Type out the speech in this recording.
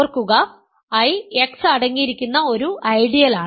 ഓർക്കുക I X അടങ്ങിയിരിക്കുന്ന ഒരു ഐഡിയലാണ്